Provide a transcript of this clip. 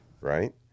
right